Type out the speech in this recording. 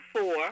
four